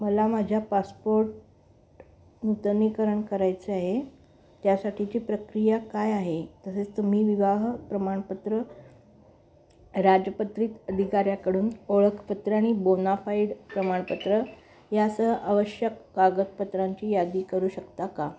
मला माझ्या पासपोर्ट नूतनीकरण करायचे आहे त्यासाठीची प्रक्रिया काय आहे तसेच तुम्ही विवाह प्रमाणपत्र राजपत्रित अधिकाऱ्याकडून ओळखपत्र आणि बोनाफाईड प्रमाणपत्र यासह आवश्यक कागदपत्रांची यादी करू शकता का